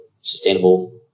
sustainable